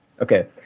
Okay